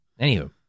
Anywho